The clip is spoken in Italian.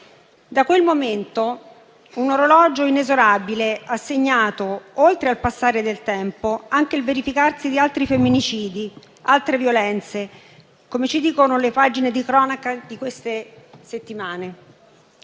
Da quel momento un orologio inesorabile ha segnato, oltre al passare del tempo, anche il verificarsi di altri femminicidi e altre violenze, come ci dicono le pagine di cronaca di queste settimane.